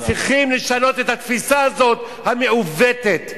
צריכים לשנות את התפיסה הזאת, המעוותת.